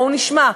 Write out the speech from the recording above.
בואו נשמע,